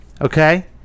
Okay